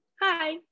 Hi